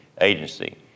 agency